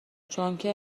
چونکه